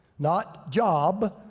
not job,